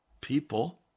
people